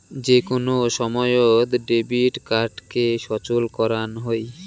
যে কোন সময়ত ডেবিট কার্ডকে সচল করাং হই